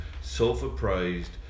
self-appraised